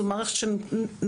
זו מערכת שנעשית,